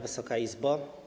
Wysoka Izbo!